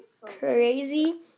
Crazy